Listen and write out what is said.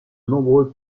nombreux